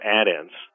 add-ins